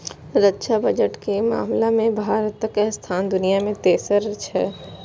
रक्षा बजट केर मामला मे भारतक स्थान दुनिया मे तेसर छै